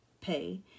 pay